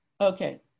Okay